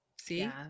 See